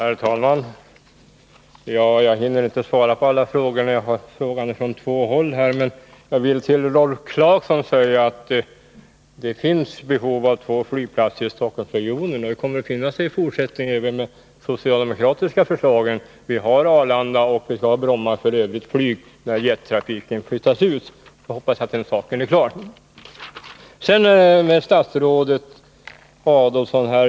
Herr talman! Jag hinner inte svara på alla frågor, när jag har två frågande. Till Rolf Clarkson vill jag säga att det finns behov av två flygplatser i Stockholmsregionen. Även med det socialdemokratiska förslaget kommer det i fortsättningen att finnas två flygplatser. Vi har Arlanda och, när jettrafiken har flyttats ut, Bromma för övrig trafik. Jag hoppas att den saken nu är klar.